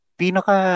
pinaka